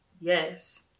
yes